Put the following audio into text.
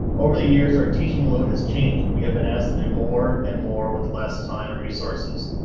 over the years are teaching load has changed and we have been asked to do more and more with less time and resources.